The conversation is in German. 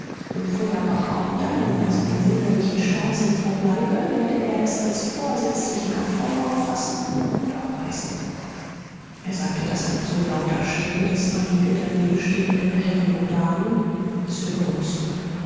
wenn feuerbach auch dann bei seinem wunderlichen starrsinn verbleibe werde er es als vorsätzlichen affront auffassen und abreisen er sagte das mit so lauter stimme daß einige danebenstehende herren und damen es hören mußten